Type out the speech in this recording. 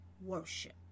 worship